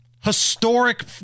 historic